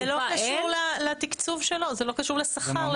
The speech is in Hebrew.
אז זה לא קשור לתקצוב שלו, זה לא קשור לשכר.